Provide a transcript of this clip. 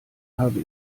habe